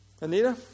Anita